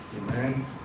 Amen